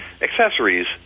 accessories